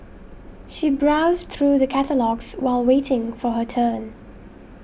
she browsed through the catalogues while waiting for her turn